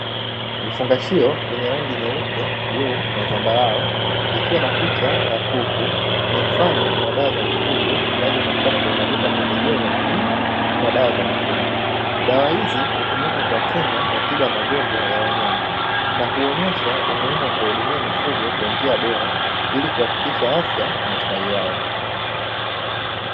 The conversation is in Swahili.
Vifungashio venye rangi nyeupe bluu na zambarau, vikiwa na picha ya kuku ni mfano wa dawa za mifugo zinazopatikana kwenye duka pembejeo za kilimo na dawa za mifugo. Dawa hizi hutumika kwa kinga na tiba ya magonjwa ya wanyama, na kuonyesha umuhimu wa kuwahudumia mifugo kwa njia bora ili kuhakikisha afya na ustawi wao.